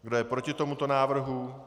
Kdo je proti tomuto návrhu?